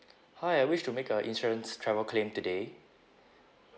hi I wish to make a insurance travel claim today